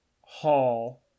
Hall